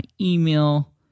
email